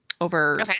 over